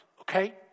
Okay